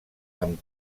amb